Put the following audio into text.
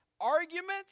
Arguments